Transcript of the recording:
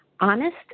Honest